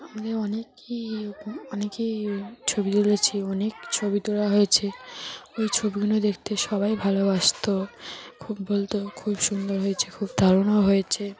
আমাদের অনেকই অনেকেই ছবি তুলেছি অনেক ছবি তোলা হয়েছে ওই ছবিগুলো দেখতে সবাই ভালোবাসত খুব বলত খুব সুন্দর হয়েছে খুব দারুণও হয়েছে